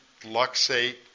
luxate